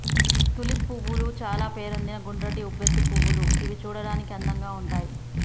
tulip పువ్వులు చాల పేరొందిన గుండ్రటి ఉబ్బెత్తు పువ్వులు గివి చూడడానికి అందంగా ఉంటయ్